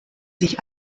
sich